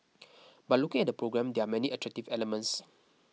but looking at the programme there are many attractive elements